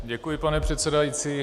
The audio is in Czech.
Děkuji, pane předsedající.